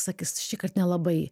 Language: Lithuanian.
sakys šįkart nelabai